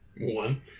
One